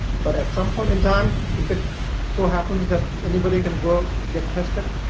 but at some point in time if it so happens that anybody can go get tested,